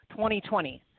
2020